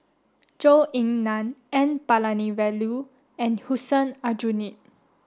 Zhou Ying Nan N Palanivelu and Hussein Aljunied